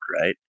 right